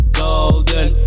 golden